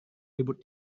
ribut